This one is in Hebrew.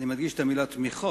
אני מדגיש את המלה תמיכות,